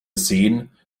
sehen